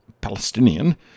Palestinian